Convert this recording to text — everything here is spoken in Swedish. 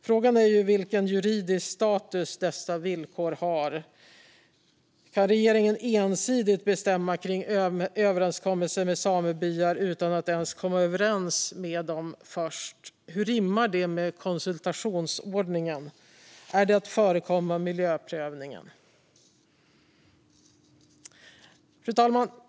Frågan är vilken juridisk status dessa villkor har. Kan regeringen ensidigt bestämma kring överenskommelser med samebyar utan att ens komma överens med dem först? Hur rimmar det med konsultationsordningen? Är det att förekomma miljöprövningen? Fru talman!